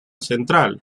central